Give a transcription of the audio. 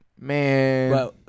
Man